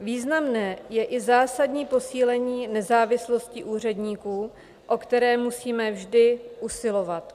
Významné je i zásadní posílení nezávislosti úředníků, o které musíme vždy usilovat.